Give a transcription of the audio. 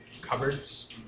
Cupboards